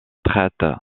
traite